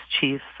chief